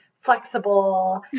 flexible